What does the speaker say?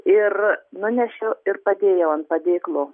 ir nunešiau ir padėjau ant padėklo